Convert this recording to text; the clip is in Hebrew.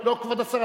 כבוד השר,